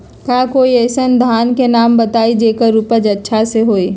का कोई अइसन धान के नाम बताएब जेकर उपज अच्छा से होय?